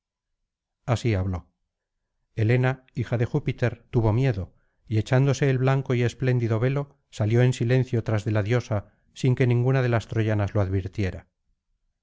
así habló helena hija de júpiter tuvo miedo y echándose el blanco y espléndido velo salió en silencio tras de la diosa sin que ninguna de las troyanas lo advirtiera